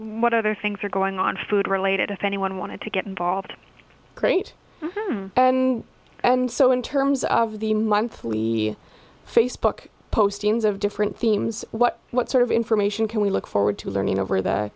what other things are going on food related if anyone wanted to get involved great and so in terms of the monthly facebook postings of different themes what what sort of information can we look forward to learning over th